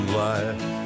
life